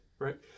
right